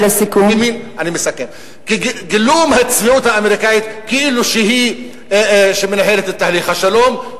כאילו היא שמנהלת את תהליך השלום,